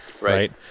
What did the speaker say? right